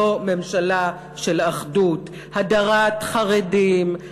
לא ממשלה של אחדות: הדרת חרדים,